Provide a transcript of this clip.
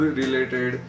related